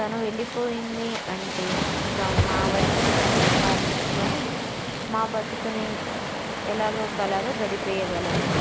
తను వెళ్ళిపోయింది అంటే ఇక మా వరకు మేము సంపాదించుకుని మా బతుకుని ఎలాగో ఒకలాగా గడిపేయగలము